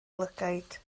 lygaid